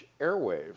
airwaves